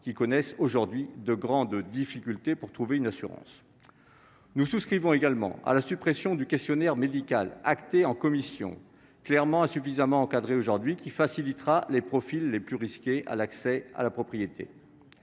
qui connaissent aujourd'hui de grandes difficultés pour trouver une assurance. Nous souscrivons également à la suppression du questionnaire médical, décidée en commission, car ce document est insuffisamment encadré aujourd'hui. Cela facilitera l'accès à la propriété